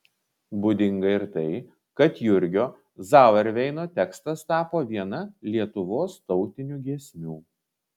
būdinga ir tai kad jurgio zauerveino tekstas tapo viena lietuvos tautinių giesmių